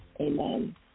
Amen